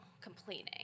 complaining